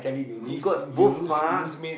we got both mah